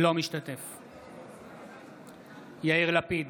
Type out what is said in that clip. אינו משתתף בהצבעה יאיר לפיד,